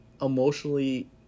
emotionally